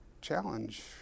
challenge